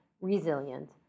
resilient